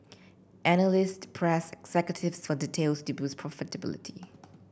analyst pressed executives for details to boost profitability